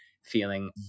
feeling